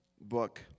book